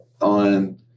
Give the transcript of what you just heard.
on